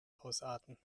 ausarten